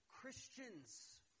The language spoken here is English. Christians